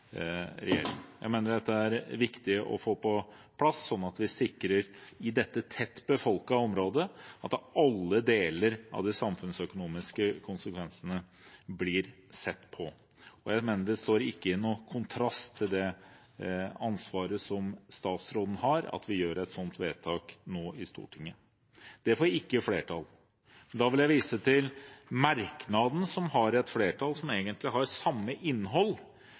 Jeg mener dette er viktig å få på plass, sånn at vi sikrer, i dette tett befolkete området, at alle deler av de samfunnsøkonomiske konsekvensene blir sett på. Jeg mener det ikke står i kontrast til det ansvaret som statsråden har, at vi gjør et sånt vedtak i Stortinget. Det får ikke flertall. Da vil jeg vise til merknaden fra et flertall, som egentlig har samme innhold,